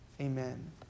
Amen